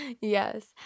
Yes